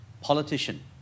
politician